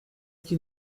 qu’il